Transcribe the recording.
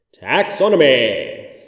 taxonomy